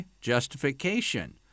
justification